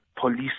police